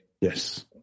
Yes